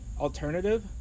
alternative